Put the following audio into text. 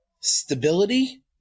stability